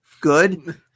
good